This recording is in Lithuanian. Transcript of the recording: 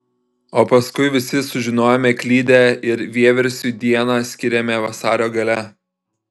o paskui visi sužinojome klydę ir vieversiui dieną skyrėme vasario gale